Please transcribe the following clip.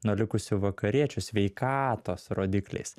nuo likusių vakariečių sveikatos rodikliais